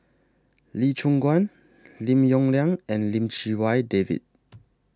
Lee Choon Guan Lim Yong Liang and Lim Chee Wai David